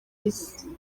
isi